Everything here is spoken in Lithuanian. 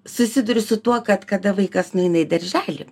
susiduri su tuo kad kada vaikas neina į darželį